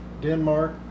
Denmark